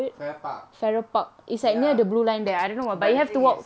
farrer park ya but the thing is